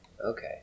Okay